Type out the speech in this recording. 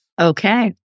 Okay